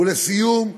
ולסיום,